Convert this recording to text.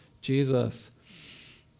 Jesus